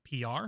PR